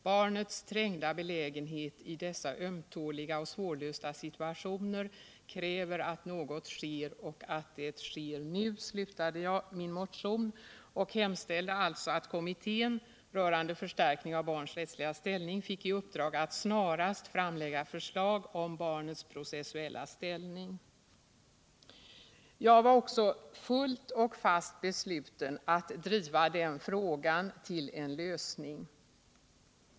”Barnets trängda belägenhet i dessa ömtåliga och svårlösta situationer kräver att något sker och att det sker nu”, slutade jag min motion och hemställde alltså att kommittén rörande förstärkning av barns rättsliga ställning fick i uppdrag att snarast framlägga förslag om barnets processuella ställning. Jag var också fullt och fast besluten att driva den frågan till en lösning.